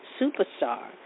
Superstar